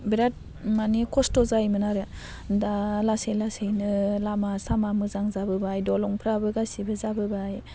बेराद मानि खस्थ' जायोमोन आरो दा लासै लासैनो लामा सामा मोजां जाबोबाय दालांफ्राबो गासैबो जाबोबाय